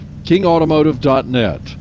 kingautomotive.net